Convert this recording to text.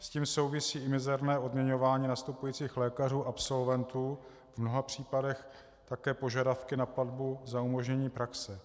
S tím souvisí i mizerné odměňování nastupujících lékařůabsolventů, v mnoha případech také požadavky na platbu za umožnění praxe.